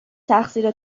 تقصیر